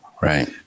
Right